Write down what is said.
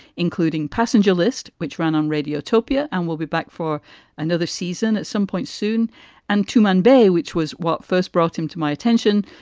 including passenger list, which ran on radio topia. and we'll be back for another season at some point soon and to monday, which was what first brought him to my attention.